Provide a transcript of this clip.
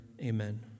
amen